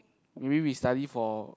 maybe we study for